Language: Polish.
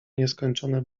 nieskończone